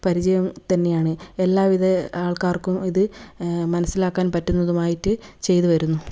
പരിചയം തന്നെയാണ് എല്ലാ വിധ ആൾക്കാർക്കും ഇത് മനസ്സിലാക്കാൻ പറ്റുന്നതുമായിട്ട് ചെയ്തു വരുന്നു